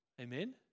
Amen